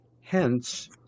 Hence